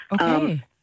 Okay